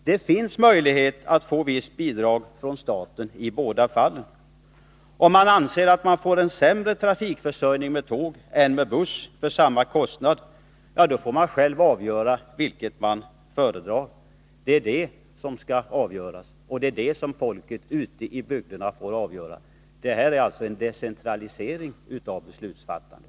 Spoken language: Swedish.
Det finns möjlighet att få visst bidrag från staten i båda fallen. Om man anser att man får en sämre trafikförsörjning med tåg än med buss för samma kostnad får man själv avgöra vilket man föredrar. Det är det folket ute i bygderna får göra. Det är alltså fråga om en decentralisering av beslutsfattandet.